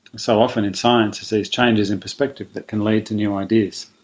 so often in science it's these changes in perspective that can lead to new ideas.